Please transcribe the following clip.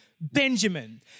Benjamin